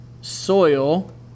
Soil